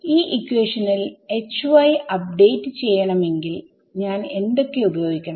ഈ ഇക്വേഷനിൽ Hy update ചെയ്യണമെങ്കിൽ ഞാൻ എന്തൊക്കെ ഉപയോഗിക്കണം